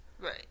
Right